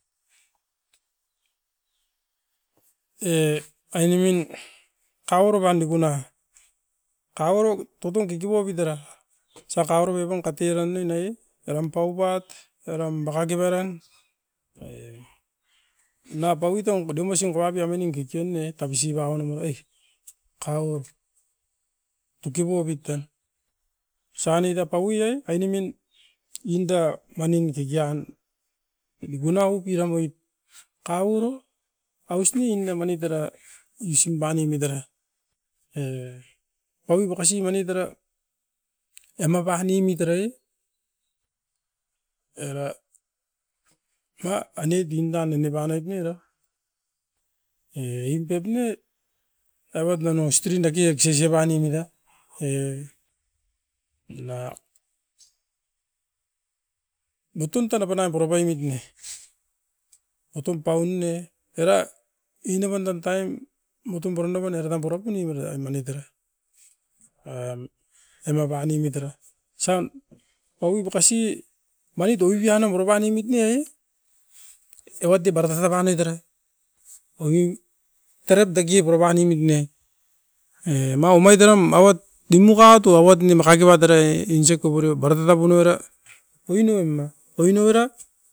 E ainemin kauoro pan dikuna, kauoro katun kiku oupit era. Sa kauoro pipon katei'ran ne, nai e eram paup pat era bakaki baran e unap bauiton kutim usin kou apio mining kikion ne itapisi bauo nomo e, kauo tuki boubiten. Osa nuit apaui ai, ainemin inda manin kiki'an mikuna upiram oit, kau'ro aus ne inda manit era usim ban oumit era e paui bakasi manit era ema panemit era e, era ma ainit ninda ene panoit ne era. E impep ne nauat nano strin daki ekses ebanem era, e na butun tanap panaim purapamit ne, atum paun ne oira ina bandan taim mutum puran novan era tam purapu nimpait a manit era. Nangan emaban emit era, osan paui bakasi manit o bibiana warapan oumit nia e. Evat dibaraka tapan oit era oi i tarait daki purapan oimit ne, e mau omait era mauat dimukaut o awat ne makai kibat erai insek kopurio barata tapun oira. Oinom a, oi novera.